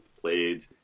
played